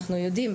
אנחנו יודעים,